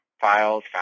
files